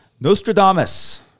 Nostradamus